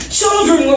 children